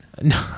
No